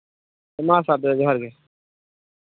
ᱢᱟ ᱥᱟᱨ ᱡᱚᱦᱟᱨ ᱜᱮ